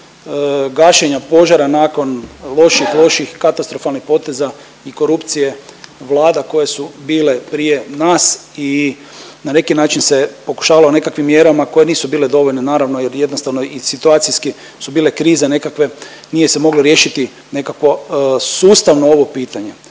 gašenja požara nakon loših, loših, katastrofalnih poteza i korupcije vlada koje su bile prije nas i na neki način se pokušavalo nekakvim mjerama koje nisu bile dovoljne naravno jer jednostavno i situacijski su bile krize nekakve, nije se moglo riješiti nekakvo sustavno ovo pitanje.